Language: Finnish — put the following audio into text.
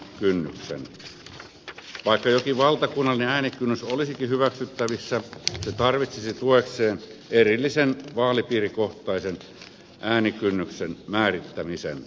vaikka jokin valtakunnallinen äänikynnys olisikin hyväksyttävissä se tarvitsisi tuekseen erillisen vaalipiirikohtaisen äänikynnyksen määrittämisen